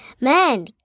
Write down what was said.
man